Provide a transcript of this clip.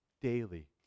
daily